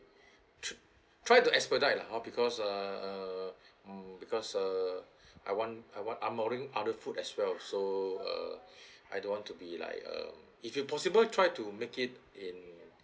tr~ try to expedite lah hor because err mm because err I want I want I'm ordering other food as well so uh I don't want to be like um if you possible try to make it in